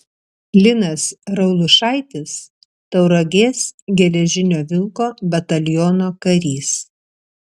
linas raulušaitis tauragės geležinio vilko bataliono karys